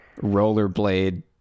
rollerblade